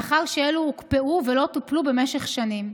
לאחר שאלו הוקפאו ולא טופלו במשך שנים,